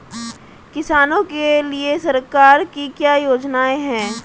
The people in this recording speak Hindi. किसानों के लिए सरकार की क्या योजनाएं हैं?